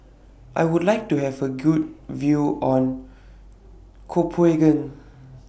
I Would like to Have A Good View on Copenhagen